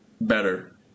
better